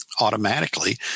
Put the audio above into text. automatically